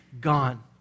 gone